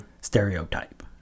stereotype